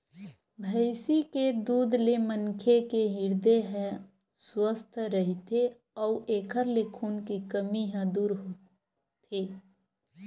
भइसी के दूद ले मनखे के हिरदे ह सुवस्थ रहिथे अउ एखर ले खून के कमी ह दूर होथे